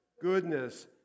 goodness